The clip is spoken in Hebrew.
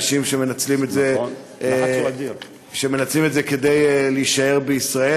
אנשים שמנצלים את זה כדי להישאר בישראל.